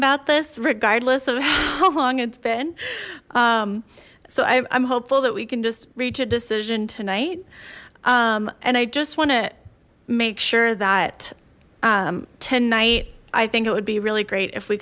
about this regardless of how long it's been so i'm hopeful that we can just reach a decision tonight and i just want to make sure that tonight i think it would be really great if we